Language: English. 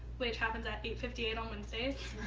which happens at eight fifty eight on wednesdays.